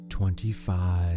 Twenty-five